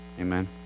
Amen